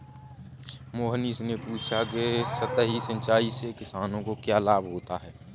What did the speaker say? मोहनीश ने पूछा कि सतही सिंचाई से किसानों को क्या लाभ होता है?